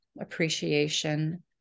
appreciation